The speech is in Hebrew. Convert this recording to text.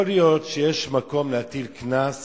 יכול להיות שיש מקום להטיל קנס